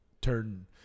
turn